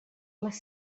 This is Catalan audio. les